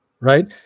right